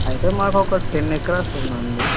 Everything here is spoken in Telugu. అయితే మాకు ఒక టెన్ ఎకరాస్ ఉంది అండి